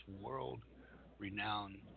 world-renowned